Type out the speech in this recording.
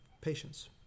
patience